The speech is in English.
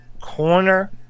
corner